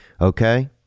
okay